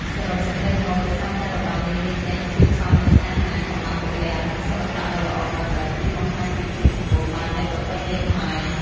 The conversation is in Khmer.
សរុបសេចក្តីមក ដោយសារតែរបាំនេះមានទាំងធាតុផ្សំនៃស្នេហា កម្លាំងពលំ និងសិល្បៈដ៏ល្អប្រណិត វាបង្ហាញពីភាពសម្បូរបែបនៃប្រពៃណីខ្មែរ។